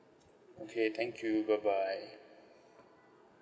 okay thank you bye bye